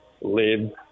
live